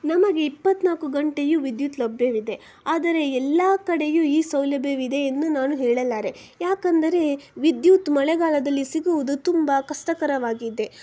ನಮಗೆ ಇಪ್ಪತ್ತನಾಲ್ಕು ಗಂಟೆಯೂ ವಿದ್ಯುತ್ ಲಭ್ಯವಿದೆ ಆದರೆ ಎಲ್ಲ ಕಡೆಯೂ ಈ ಸೌಲಭ್ಯವಿದೆ ಎಂದು ನಾನು ಹೇಳಲಾರೆ ಯಾಕೆಂದರೆ ವಿದ್ಯುತ್ ಮಳೆಗಾಲದಲ್ಲಿ ಸಿಗುವುದು ತುಂಬ ಕಷ್ಟಕರವಾಗಿದೆ